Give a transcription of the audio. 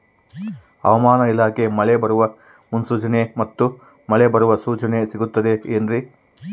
ಹವಮಾನ ಇಲಾಖೆ ಮಳೆ ಬರುವ ಮುನ್ಸೂಚನೆ ಮತ್ತು ಮಳೆ ಬರುವ ಸೂಚನೆ ಸಿಗುತ್ತದೆ ಏನ್ರಿ?